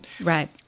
Right